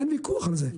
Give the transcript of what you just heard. אין ויכוח על זה,